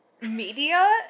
media